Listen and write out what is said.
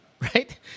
Right